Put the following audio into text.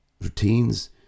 routines